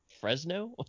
Fresno